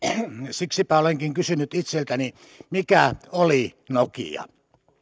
siksipä olenkin kysynyt itseltäni mikä oli nokia